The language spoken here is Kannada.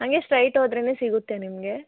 ಹಂಗೇ ಸ್ಟ್ರೈಟ್ ಹೋದ್ರೆನೇ ಸಿಗುತ್ತೆ ನಿಮಗೆ